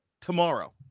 tomorrow